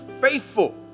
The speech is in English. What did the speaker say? faithful